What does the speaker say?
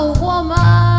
woman